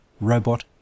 Robot